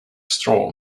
straw